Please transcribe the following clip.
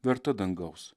verta dangaus